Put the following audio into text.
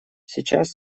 сейчас